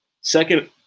Second